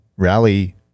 rally